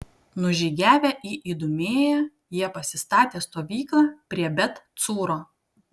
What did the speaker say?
nužygiavę į idumėją jie pasistatė stovyklą prie bet cūro